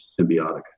symbiotic